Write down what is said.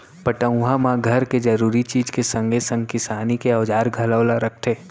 पटउहाँ म घर के जरूरी चीज के संगे संग किसानी के औजार घलौ ल रखथे